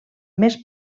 més